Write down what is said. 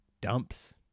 Dumps